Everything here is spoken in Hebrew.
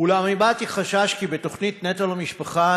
אולם הבעתי חשש כי תוכנית "נטו למשפחה"